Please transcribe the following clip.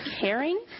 caring